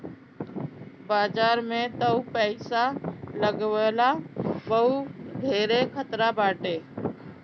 बाजार में तअ पईसा लगवला पअ धेरे खतरा बाटे